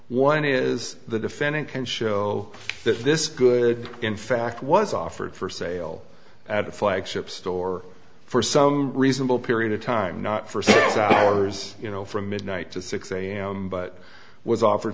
one is the defendant can show that this good in fact was offered for sale at a flagship store for some reasonable period of time not for six hours you know from midnight to six am but was offered